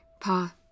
Pa